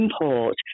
import